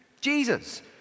Jesus